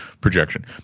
projection